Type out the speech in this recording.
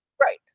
Right